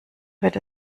wird